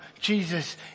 Jesus